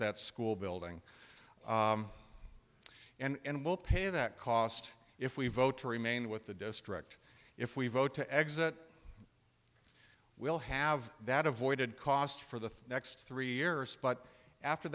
that school building and we'll pay that cost if we vote to remain with the district if we vote to exit will have that avoided cost for the next three years but after